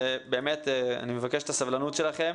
אני מבקש את הסבלנות שלכם.